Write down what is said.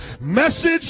Message